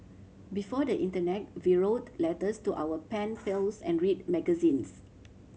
before the internet we wrote letters to our pen pals and read magazines